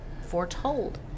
foretold